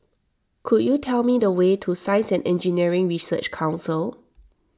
could you tell me the way to Science and Engineering Research Council